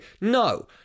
No